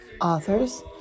authors